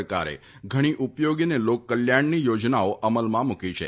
સરકારે ઘણી ઉપયોગી અને લોકકલ્યાણની યોજનાઓ અમલમાં મૂકી છે